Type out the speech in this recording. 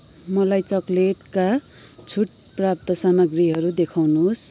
मलाई चकलेटका छुट प्राप्त सामग्रीहरू देखाउनुहोस्